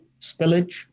spillage